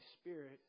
spirit